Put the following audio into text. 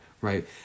right